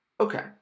Okay